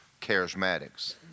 charismatics